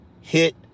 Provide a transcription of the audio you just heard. hit